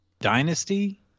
dynasty